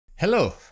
Hello